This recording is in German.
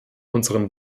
unseren